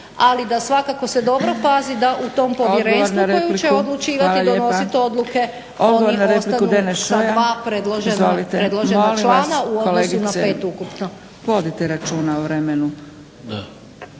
ali da svakako se dobro pazi da u tom povjerenstvu koje će odlučivati i donositi odluke oni ostanu sa dva predložena člana u odnosu na pet ukupno.